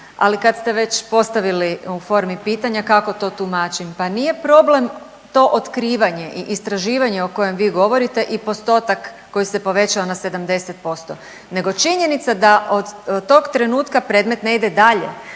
ali kad ste već postavili u formi pitanja kako to tumačim, pa nije problem to otkrivanje i istraživanje o kojem vi govorite i postotak koji se povećao na 70%, nego činjenica da od tog trenutka predmet ne ide dalje,